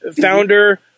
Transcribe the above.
Founder